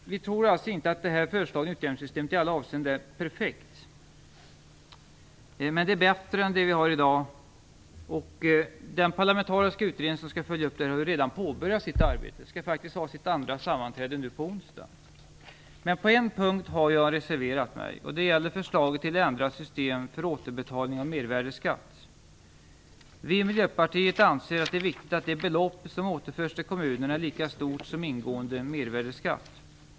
Vi tror inte att det föreslagna utjämningssystemet i alla avseenden är perfekt, men det är bättre än det vi har i dag. Den parlamentariska utredning som skall följa upp det har redan påbörjat sitt arbete och skall ha sitt andra sammanträde nu på onsdag. Jag har reserverat mig på en punkt. Det gäller förslaget till ändrat system för återbetalning av mervärdesskatt. Vi i Miljöpartiet anser att det är viktigt att det belopp som återförs till kommunerna är lika stort som ingående mervärdesskatt.